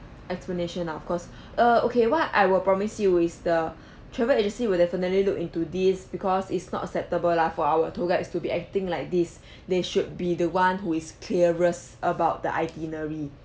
explanation lah of course err okay what I will promise you is the travel agency will definitely look into this because it's not acceptable lah for our tour guides to be acting like this they should be the one who is clearest about the itinerary